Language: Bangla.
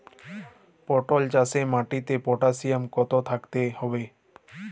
পটল চাষে মাটিতে পটাশিয়াম কত থাকতে হবে?